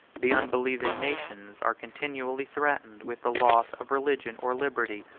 the unbelieving nations are continually threatened with the loss of religion or liberty.